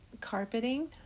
carpeting